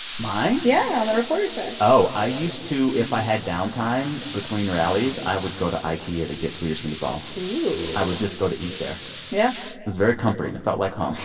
mine yeah, on the reporter side oh, i used to if i had downtime between rallies, i would go to ikea to get swedish meatballs ooh i would just go to eat there yeah it was very comforting. it felt like home